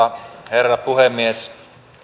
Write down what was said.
herra puhemies